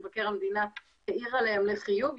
מבקר המדינה העיר עליהן לחיוב.